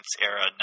era